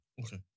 okay